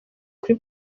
kuri